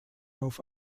auf